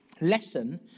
lesson